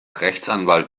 rechtsanwalt